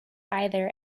either